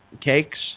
cakes